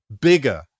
bigger